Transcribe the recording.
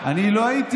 אני לא הייתי,